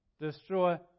destroy